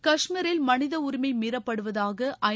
கஷ்மீரில் மனித உரிமை மீறப்படுவதாக ஐ